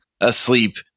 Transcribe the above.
asleep